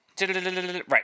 Right